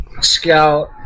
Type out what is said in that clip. scout